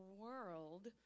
world